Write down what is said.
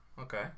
Okay